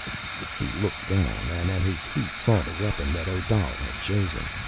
he looked down and at his feet saw the weapon that odal had chosen.